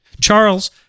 Charles